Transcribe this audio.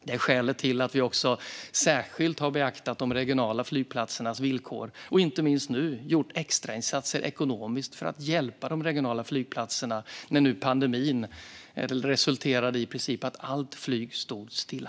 Det är också skälet till att vi särskilt har beaktat de regionala flygplatsernas villkor och inte minst nu gjort extrainsatser ekonomiskt för att hjälpa de regionala flygplatserna när pandemin har resulterat i att i princip allt flyg har stått stilla.